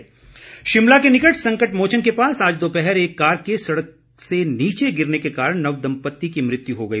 दुर्घटना शिमला के निकट संकटमोचन के पास आज दोपहर एक कार के सड़क से नीचे गिरने के कारण नव दम्पति की मृत्यू हो गई